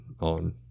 on